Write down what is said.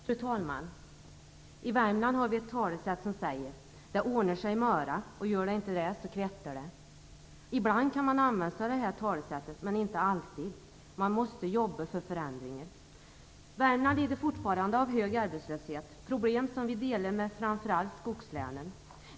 Fru talman! I Värmland har vi ett talesätt som säger: Det orner sig i möra och gör det inte dä så kvetter dä. Ibland kan man använda sig av detta talesätt, men inte alltid. Man måste jobba för förändringar. Värmland lider fortfarande av hög arbetslöshet - problem som vi delar med framför allt skogslänen.